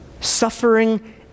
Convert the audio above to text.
Suffering